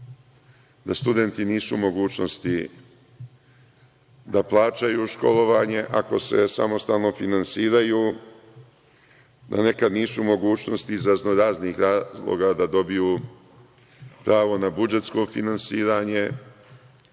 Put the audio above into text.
da studenti nisu u mogućnosti da plaćaju školovanje ako se samostalno finansiraju, da nekada nisu u mogućnosti iz raznoraznih razloga da dobiju pravo na budžetsko finansiranje.